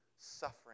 suffering